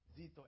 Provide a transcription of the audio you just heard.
Zito